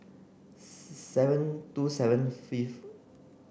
seven two seven